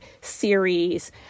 series